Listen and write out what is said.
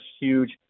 huge